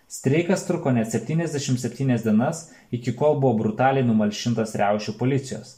streikas truko net septyniasdešim septynias dienas iki kol buvo brutaliai numalšintas riaušių policijos